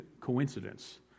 coincidence